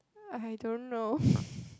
I don't know